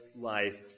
life